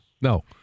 No